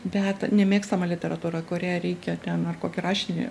bet nemėgstama literatūra kurią reikia ten ar kokį rašinį